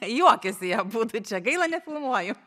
juokiasi jie abudu čia gaila nefilmuoju